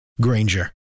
Granger